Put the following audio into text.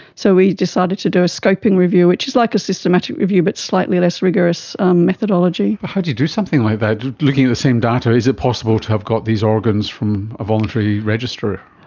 so we decided to do a scoping review, which is like a systematic review but slightly less rigorous methodology. how do you do something like that? looking at the same date, is it possible to have got these organs from a voluntary register?